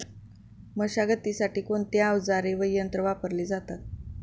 मशागतीसाठी कोणते अवजारे व यंत्र वापरले जातात?